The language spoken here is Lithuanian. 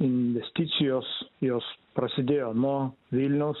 investicijos jos prasidėjo nuo vilniaus